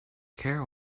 care